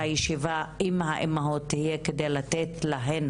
שהישיבה עם האימהות יהיה כדי לתת להן